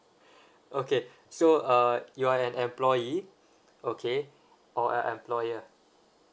okay so uh you are an employee okay or an employer